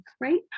great